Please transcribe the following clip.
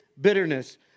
bitterness